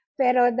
pero